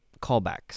callbacks